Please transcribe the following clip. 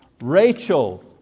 Rachel